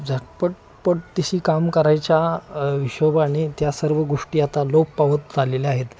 झटपट पटदिशी काम करायच्या हिशोबाने त्या सर्व गोष्टी आता लोप पावत चाललेल्या आहेत